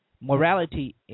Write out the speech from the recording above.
morality